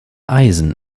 eisen